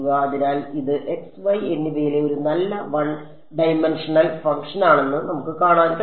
അതിനാൽ ഇത് x y എന്നിവയിലെ ഒരു നല്ല വൺ ഡൈമൻഷണൽ ഫംഗ്ഷനാണെന്ന് നമുക്ക് കാണാൻ കഴിയും